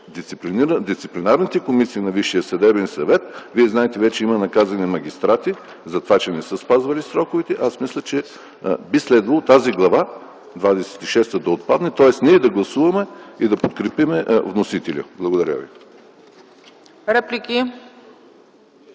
дисциплинарните комисии на Висшия съдебен съвет, вие знаете, че вече имаме наказани магистрати, затова че не са спазвали сроковете, аз мисля, че би следвало тази Глава двадесет и шеста да отпадне, тоест ние да гласуваме и да подкрепим вносителя. Благодаря ви.